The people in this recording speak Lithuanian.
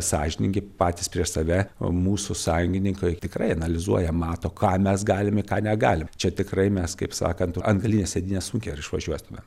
sąžiningi patys prieš save o mūsų sąjungininkai tikrai analizuoja mato ką mes galim ir ką negalim čia tikrai mes kaip sakant ant galinės sėdynės sunkiai ar išvažiuotumėm